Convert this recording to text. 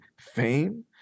Fame